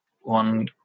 one